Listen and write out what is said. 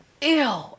Ew